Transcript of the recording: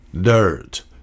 Dirt